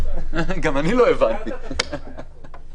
כמה שאלות ממוקדות נוספות בהמשך לדברים של היושב-ראש.